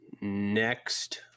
next